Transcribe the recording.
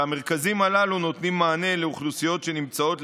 והמרכזים הללו נותנים מענה לאוכלוסיות שנמצאות,